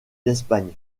d’espagne